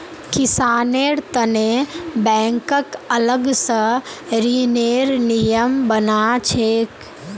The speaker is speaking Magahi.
किसानेर तने बैंकक अलग स ऋनेर नियम बना छेक